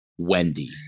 Wendy